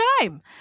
time